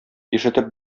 ишетеп